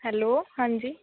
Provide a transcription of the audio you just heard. hello ਹਾਂਜੀ